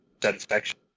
satisfaction